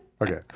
Okay